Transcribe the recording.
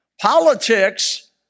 Politics